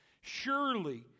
Surely